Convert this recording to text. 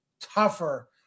tougher